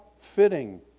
fitting